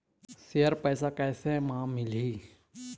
Share पैसा कैसे म मिलही?